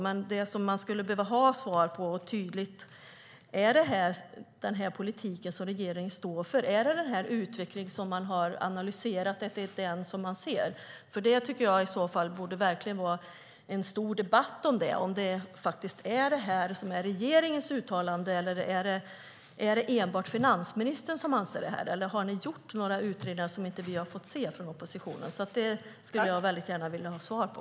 Men det man skulle behöva ha ett tydligt svar på är: Står regeringen för den här politiken? Är det den här utvecklingen som man har analyserat och som man ser? I så fall borde det verkligen vara en stor debatt om det, om detta är regeringens uttalande. Eller är det enbart finansministern som anser detta? Har ni gjort några utredningar som vi i oppositionen inte har fått se? Det skulle jag väldigt gärna vilja ha svar på.